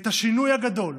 את השינוי הגדול,